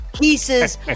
pieces